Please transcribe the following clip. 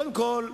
קודם כול,